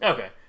Okay